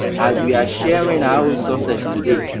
as we are sharing our own success today,